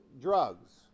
drugs